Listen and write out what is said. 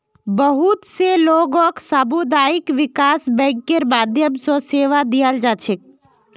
बहुत स लोगक सामुदायिक विकास बैंकेर माध्यम स सेवा दीयाल जा छेक